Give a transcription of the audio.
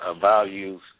values